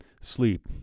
sleep